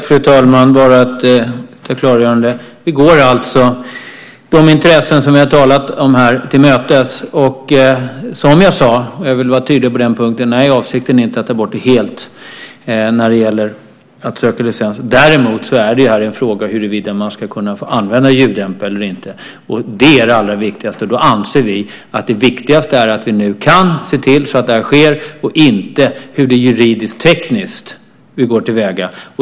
Fru talman! Jag vill bara göra ett klargörande. Vi går alltså de intressen som vi har talat om här till mötes. Som jag sade - jag vill vara tydlig på den punkten - är avsikten inte att ta bort det helt när det gäller att söka licens. Däremot är det en fråga huruvida man ska kunna få använda ljuddämpare eller inte, och det är det allra viktigaste. Då anser vi att det viktigaste är att vi nu kan se till att det här sker och inte hur man juridisk-tekniskt går till väga.